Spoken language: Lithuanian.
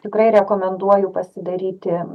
tikrai rekomenduoju pasidaryti